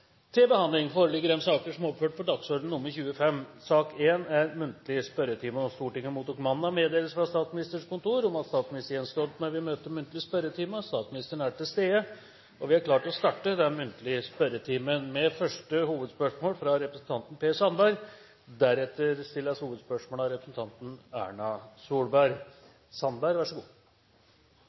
Stortinget mottok mandag meddelelse fra Statsministerens kontor om at statsminister Jens Stoltenberg vil møte til muntlig spørretime. Statsministeren er til stede, og vi er klare til å starte den muntlige spørretimen. Vi starter med første hovedspørsmål, fra representanten Per Sandberg.